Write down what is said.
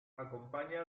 acompaña